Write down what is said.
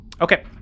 Okay